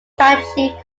strategy